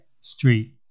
Street